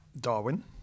Darwin